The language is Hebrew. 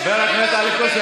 חבר הכנסת אלכס קושניר,